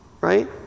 Right